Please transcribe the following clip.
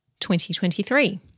2023